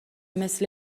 مثل